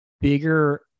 Bigger